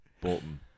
Bolton